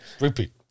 Repeat